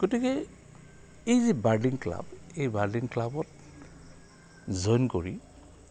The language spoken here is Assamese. গতিকে এই যি বাৰ্ডিং ক্লাব এই বাৰ্ডিং ক্লাবত জইন কৰি